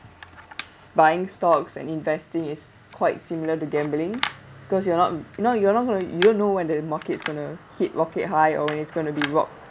s~ buying stocks and investing is quite similar to gambling cause you are not you know you are not going to you will know when the market's going to hit rocket high or when it's going to be rock